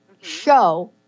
show